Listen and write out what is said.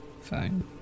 fine